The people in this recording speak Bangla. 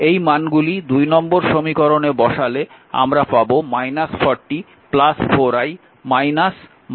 এই মানগুলি নম্বর সমীকরণে বসালে আমরা পাব 40 4i 6i 0